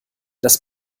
das